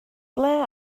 ble